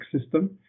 system